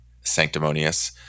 Sanctimonious